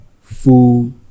full